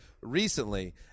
recently